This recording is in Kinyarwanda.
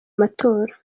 matora